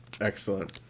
Excellent